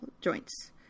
joints